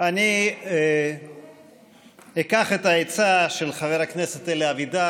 אני אקח את העצה של חבר הכנסת אלי אבידר.